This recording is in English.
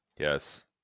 Yes